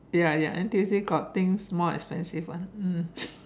ya ya N_T_U_C got things more expensive [one] mm